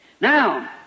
Now